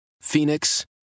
Phoenix